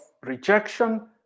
rejection